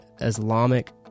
Islamic